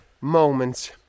moments